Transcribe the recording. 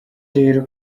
rero